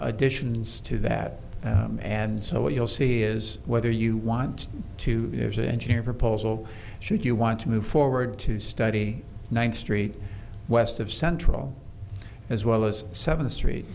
additions to that and so what you'll see is whether you want to engineer proposal should you want to move forward to study one street west of central as well as seventh street